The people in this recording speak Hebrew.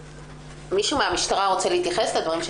מישהו מהמשטרה רוצה להתייחס לדברים של